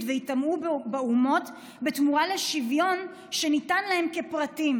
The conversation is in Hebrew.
וייטמעו באומות בתמורה לשוויון שניתן להם כפרטים,